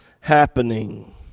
happening